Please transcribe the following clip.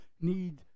need